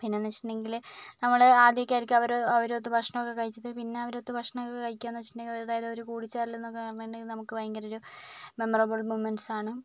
പിന്നെ എന്ന് വെച്ചിട്ടുണ്ടെങ്കിൽ നമ്മൾ ആദ്യമൊക്കെ ആയിരിക്കും അവർ അവരുമൊത്ത് ഭക്ഷണം ഒക്കെ കഴിച്ചത് പിന്നെ അവരുമൊത്ത് ഭക്ഷണം ഒക്കെ കഴിക്കുക എന്ന് വെച്ചിട്ടുണ്ടെങ്കിൽ അതായത് ഒരു കൂടി ചേരൽ എന്ന് പറഞ്ഞിട്ടുണ്ടെങ്കിൽ നമുക്ക് ഭയങ്കര ഒരു മെമ്മോറബിൾ മൊമെന്റ്സ് ആണ്